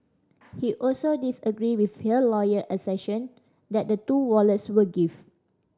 he also disagreed with her lawyer assertion that the two wallets were gift